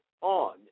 on